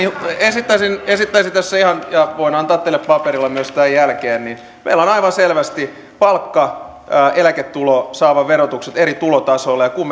esittäisin esittäisin tässä ihan ja voin antaa teille paperilla myös tämän jälkeen että meillä on aivan selvästi palkka ja eläketuloa saavan verotukset eri tulotasoilla kun